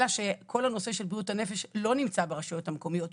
אלא שכל הנושא של בריאות הנפש לא נמצא ברשויות המקומיות.